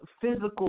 physical